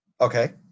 okay